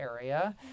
area